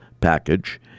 package